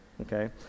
Okay